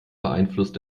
beeinflusst